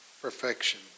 perfection